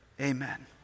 Amen